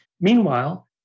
Meanwhile